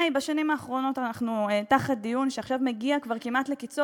בשנים האחרונות אנחנו בדיון שעכשיו מגיע כבר כמעט לקצו,